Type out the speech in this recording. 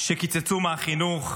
שקיצצו מהחינוך?